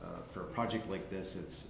at for a project like this it's